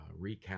recap